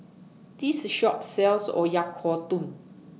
This Shop sells Oyakodon